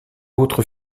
autre